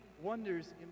wonders